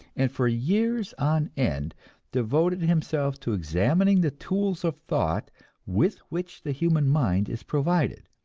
and for years on end devoted himself to examining the tools of thought with which the human mind is provided,